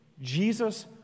Jesus